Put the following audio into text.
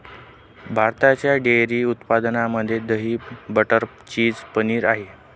भारताच्या डेअरी उत्पादनामध्ये दही, बटर, चीज, पनीर आहे